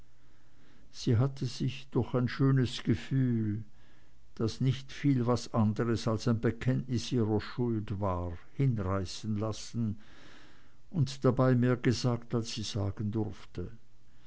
sie hatte sich durch ein schönes gefühl das nicht viel was andres als ein bekenntnis ihrer schuld war hinreißen lassen und dabei mehr gesagt als sie sagen durfte